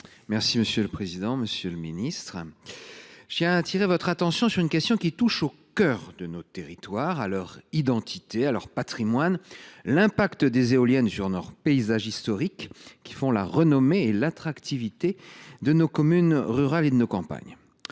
chargée de l’énergie. Monsieur le ministre, j’attire votre attention sur une question qui touche au cœur de nos territoires, à leur identité et à leur patrimoine : l’impact des éoliennes sur nos paysages historiques, qui font la renommée et l’attractivité de nos communes rurales et de nos campagnes.